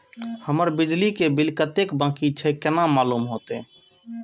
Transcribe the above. हमर बिजली के बिल कतेक बाकी छे केना मालूम होते?